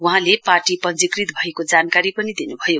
वहाँले पार्टी पञ्जीकृत भएको जानकारी पनि दिनुभयो